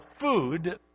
food